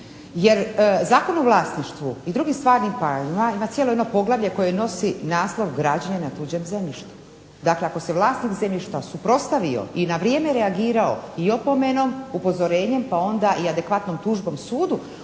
Jer Zakon o vlasništvu i drugim stvarnim pravima ima cijelo jedno poglavlje koje nosi naslov "Građenje na tuđem zemljištu". Dakle ako se vlasnik zemljišta suprotstavio i na vrijeme reagirao i opomenom, upozorenjem pa onda i adekvatnom tužbom sudu